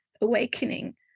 awakening